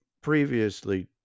previously